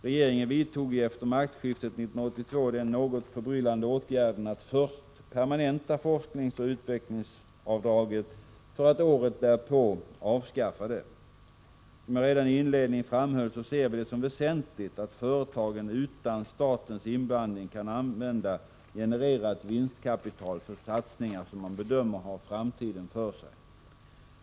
Regeringen vidtog ju efter maktskiftet 1982 den något förbryllande åtgärden att först permanenta forskningsoch utvecklingsavdraget för att året därpå avskaffa det. Som jag redan i inledningen framhöll ser vi det som väsentligt att företagen utan statens inblandning kan använda genererat vinstkapital för satsningar som man bedömer har framtiden för sig.